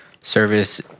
service